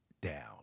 down